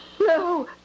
No